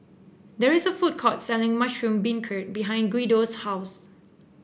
there is a food court selling Mushroom Beancurd behind Guido's house